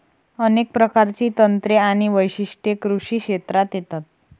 अनेक प्रकारची तंत्रे आणि वैशिष्ट्ये कृषी क्षेत्रात येतात